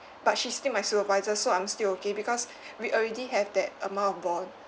but she's still my supervisor so I'm still okay because we already have that amount of bond